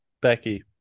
becky